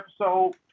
episode